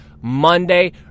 Monday